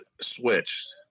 switched